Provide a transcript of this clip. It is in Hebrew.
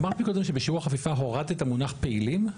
אמרתְ קודם שבשיעור החפיפה הורדת את המונח פעילים?